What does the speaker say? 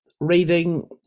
reading